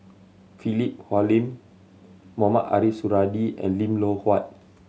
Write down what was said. Philip Hoalim Mohamed Ariff Suradi and Lim Loh Huat